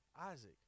Isaac